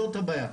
זאת הבעיה.